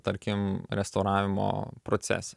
tarkim restauravimo procese